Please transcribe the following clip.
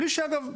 אגב,